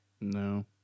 No